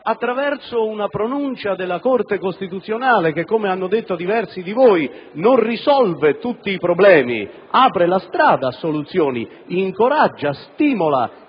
attraverso una pronuncia della Corte costituzionale che - come hanno detto diversi di voi - non risolve tutti i problemi; apre la strada a soluzioni, incoraggia, stimola,